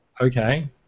Okay